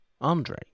Andre